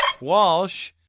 Walsh